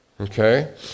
Okay